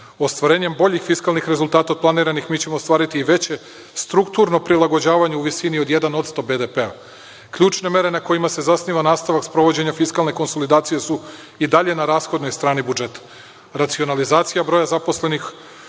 Ostvarenjem boljih fiskalnih rezultata od planiranih mi ćemo ostvariti i veće strukturno prilagođavanje u visini od 1% BDP-a. Ključne mere na kojima se zasniva nastavak sprovođenja fiskalne konsolidacije su i dalje na rashodnoj strani budžeta. Racionalizacija broj zaposlenih